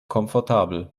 komfortabel